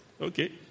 Okay